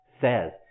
says